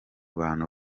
bantu